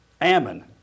Ammon